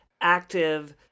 active